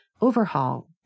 overhaul